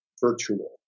virtual